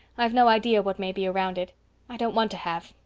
i've no idea what may be around it i don't want to have.